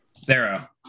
Sarah